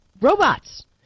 robots